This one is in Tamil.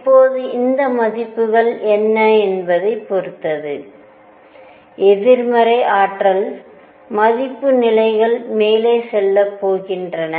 இப்போது இந்த மதிப்புகள் என்ன என்பதைப் பொறுத்து எதிர்மறை ஆற்றல் மதிப்பு நிலைகள் மேலே செல்லப் போகின்றன